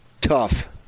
tough